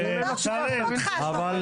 לא,